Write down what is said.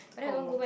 oh